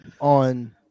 on